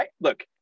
Look